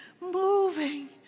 moving